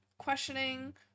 Questioning